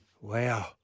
Wow